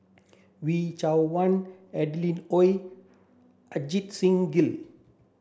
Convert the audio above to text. Wee Cho Adeline Ooi Ajit Singh Gill